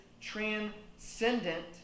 transcendent